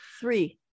Three